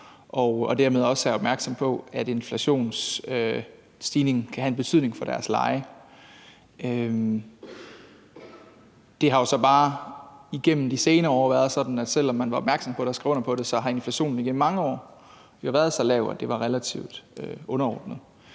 og dermed også er opmærksomme på, at inflationsstigningen kan have en betydning for deres leje. Det har jo så bare igennem de senere år været sådan, at selv om man var opmærksom på det og havde skrevet under på det, så har inflationen været så lav, at det var relativt underordnet.